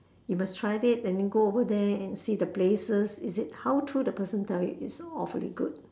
you must try it and then go over there and see the places is it how true the person tell you it's awfully good